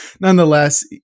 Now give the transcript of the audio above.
Nonetheless